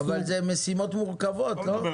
אבל אלה משימות מורכבות, לא?